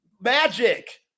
Magic